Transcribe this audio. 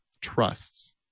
trusts